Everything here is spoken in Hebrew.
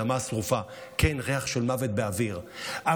האדמה השרופה,